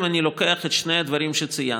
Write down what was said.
אם אני לוקח את שני הדברים שציינתי,